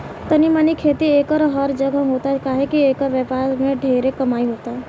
तनी मनी खेती एकर हर जगह होता काहे की एकर व्यापार से ढेरे कमाई होता